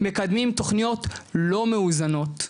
מקדמים תוכניות לא מאוזנות,